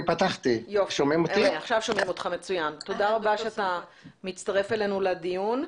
ריא, תודה רבה שאתה מצטרף אלינו לדיון.